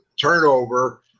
turnover